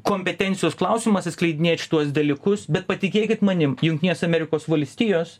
kompetencijos klausimas atskleidinėt šituos dalykus bet patikėkit manim jungtinės amerikos valstijos